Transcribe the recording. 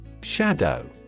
Shadow